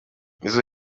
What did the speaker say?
izo